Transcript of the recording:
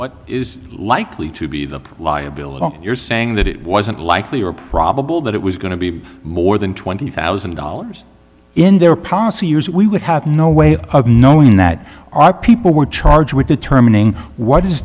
what is likely to be the liability you're saying that it wasn't likely or probable that it was going to be more than twenty thousand dollars in their policy years we would have no way of knowing that our people were charged with determining what is